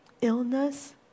illness